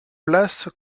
place